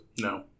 No